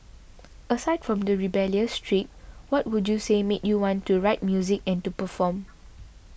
aside from the rebellious streak what would you say made you want to write music and to perform